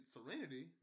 Serenity